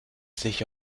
sich